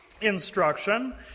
instruction